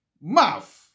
mouth